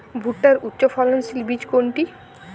ভূট্টার উচ্চফলনশীল বীজ কোনটি?